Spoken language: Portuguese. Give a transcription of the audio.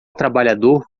trabalhador